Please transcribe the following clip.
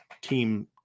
team